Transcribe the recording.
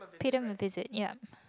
pay them a visit yeap